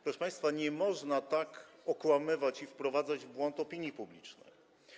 Proszę państwa, nie można tak okłamywać i wprowadzać w błąd opinii publicznej.